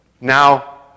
now